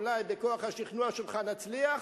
אולי בכוח השכנוע שלך נצליח.